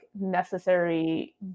necessary